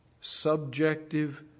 subjective